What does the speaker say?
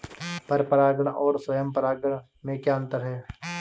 पर परागण और स्वयं परागण में क्या अंतर है?